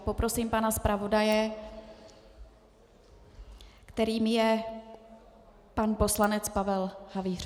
Poprosím pana zpravodaje, kterým je pan poslanec Pavel Havíř.